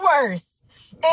worse